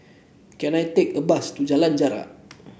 can I take a bus to Jalan Jarak